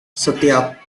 setiap